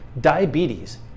Diabetes